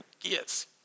Yes